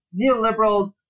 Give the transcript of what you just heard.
neoliberals